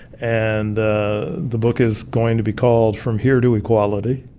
and the the book is going to be called from here to equality.